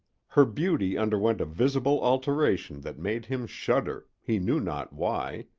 her beauty underwent a visible alteration that made him shudder, he knew not why,